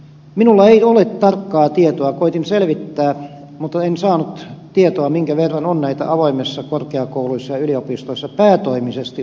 minulla ei ole tarkkaa tietoa koetin selvittää mutta en saanut tietoa minkä verran on näitä avoimissa korkeakouluissa ja yliopistoissa päätoimisesti opiskelevia